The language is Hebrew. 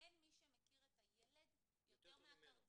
אין מי שמכיר את הילד יותר מהקרדיולוג